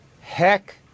Heck